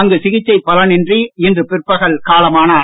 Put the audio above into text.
அங்கு சிகிச்சை பலனின்றி இன்று பிற்பகல் காலமானார்